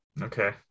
Okay